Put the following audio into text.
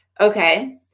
Okay